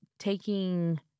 taking